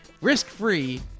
risk-free